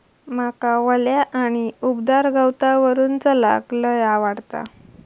माका वल्या आणि उबदार गवतावरून चलाक लय आवडता